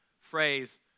phrase